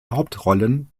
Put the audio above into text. hauptrollen